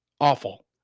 Awful